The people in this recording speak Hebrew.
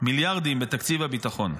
מיליארדים בתקציב הביטחון.